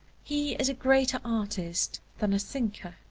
he is a greater artist than a thinker.